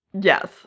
Yes